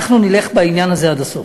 אנחנו נלך בעניין הזה עד הסוף,